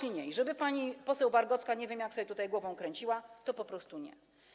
I żeby pani poseł Wargocka nie wiem jak sobie tutaj głową kręciła - po prostu nie.